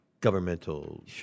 governmental